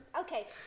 okay